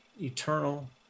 eternal